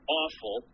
awful